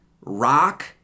rock